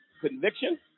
conviction